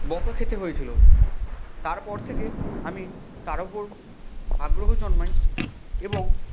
বকা খেতে হয়েছিলো তারপর থেকে আমি তার ওপর আগ্রহ জন্মায় এবং